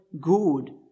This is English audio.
good